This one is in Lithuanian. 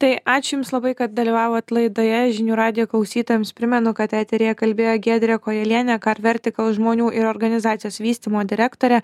tai ačiū jums labai kad dalyvavot laidoje žinių radijo klausytojams primenu kad eteryje kalbėjo giedrė kojelienė kar vertikal žmonių ir organizacijos vystymo direktorė